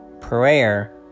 prayer